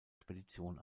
spedition